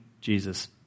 Jesus